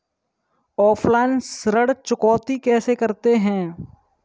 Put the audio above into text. Offline ऋण चुकौती कैसे करते हैं?